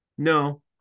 No